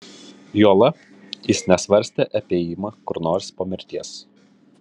juolab jis nesvarstė apie ėjimą kur nors po mirties